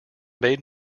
made